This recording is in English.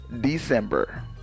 December